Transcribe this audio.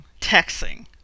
texting